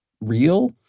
Real